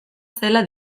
zela